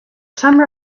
some